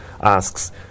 asks